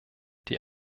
die